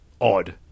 odd